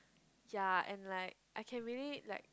yea and like I can really like